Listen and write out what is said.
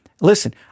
Listen